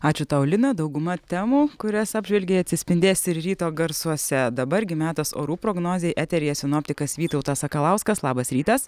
ačiū tau lina dauguma temų kurias apžvelgei atsispindės ir ryto garsuose dabar gi metas orų prognozei eteryje sinoptikas vytautas sakalauskas labas rytas